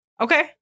Okay